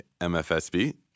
MFSB